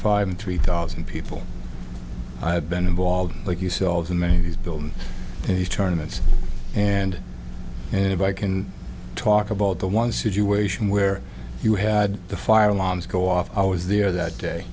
five and three thousand people i've been involved like yourselves and many of these building these tournaments and and if i can talk about the one situation where you had the fire alarms go off i was th